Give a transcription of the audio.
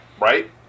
Right